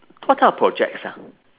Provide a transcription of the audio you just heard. what kind of projects ah